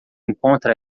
encontra